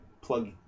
plug